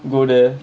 go there